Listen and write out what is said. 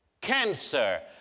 cancer